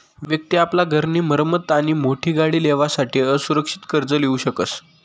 व्यक्ति आपला घर नी मरम्मत आणि मोठी गाडी लेवासाठे असुरक्षित कर्ज लीऊ शकस